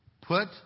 Put